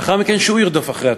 לאחר מכן, שהוא ירדוף אחרי התוכנית.